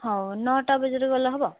ହଉ ନଅଟା ବଜେରେ ଗଲେ ହେବ